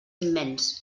immens